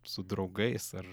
su draugais ar